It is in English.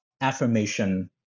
affirmation